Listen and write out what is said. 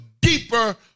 deeper